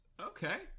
okay